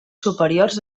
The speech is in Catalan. superiors